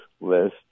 list